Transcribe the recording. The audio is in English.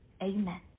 Amen